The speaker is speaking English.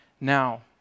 now